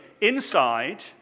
inside